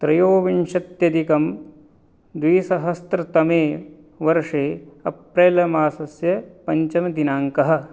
त्रयोविंशत्यधिकं द्विसहस्रतमे वर्षे अप्रैल मासस्य पञ्चमदिनाङ्कः